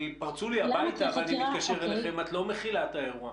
הרי אם אתלונן על פריצה לבית אתם לא תתעכבו כדי להכיל את האירוע,